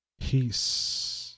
Peace